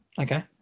Okay